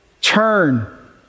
Turn